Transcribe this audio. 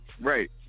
right